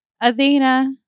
Athena